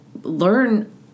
Learn